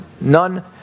None